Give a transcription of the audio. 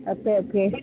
okay okay